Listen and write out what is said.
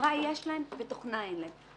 חומרה יש להם ותוכנה אין להם.